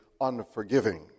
unforgiving